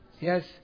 Yes